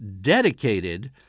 dedicated